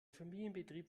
familienbetrieb